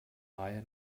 reihe